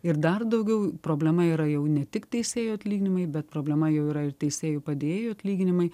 ir dar daugiau problema yra jau ne tik teisėjų atlyginimai bet problema jau yra ir teisėjų padėjėjų atlyginimai